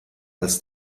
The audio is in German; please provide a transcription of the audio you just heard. als